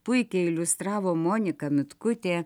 puikiai iliustravo monika mitkutė